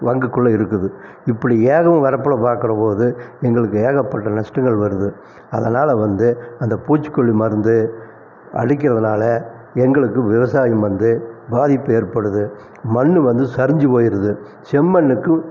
வங்குக்குள்ளே இருக்குது இப்படி ஏகவும் வரப்பில் பாக்கிற போது எங்களுக்கு ஏகப்பட்ட நஷ்டங்கள் வருது அதனால் வந்து அந்த பூச்சி கொல்லி மருந்து அடிக்கிறதுனால் எங்களுக்கு விவசாயம் வந்து பாதிப்பு ஏற்படுது மண்ணு வந்து சரிஞ்சு போயிடுது செம்மண்ணுக்கு